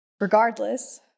Regardless